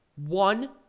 One